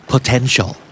Potential